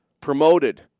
promoted